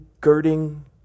girding